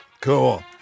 Cool